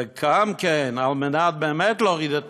וגם כן, כדי באמת להוריד את